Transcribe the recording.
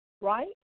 right